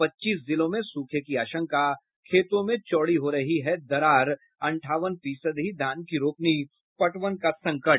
पच्चीस जिलों में सूखे की आशंका खेतों में चौड़ी हो रही है दरार अन्ठावन फीसद ही धान की रोपनी पटवन का संकट